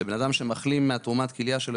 שאדם שמחלים מתרומת הכליה שלו,